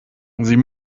sie